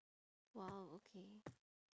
!wow! okay